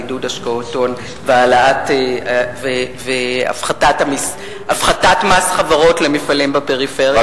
מעידוד השקעות הון והפחתת מס חברות למפעלים בפריפריה,